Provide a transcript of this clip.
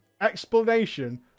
explanation